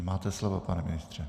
Máte slovo, pane ministře.